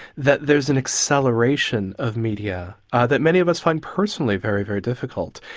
that there is an acceleration of media that many of us find personally very, very difficult.